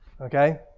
Okay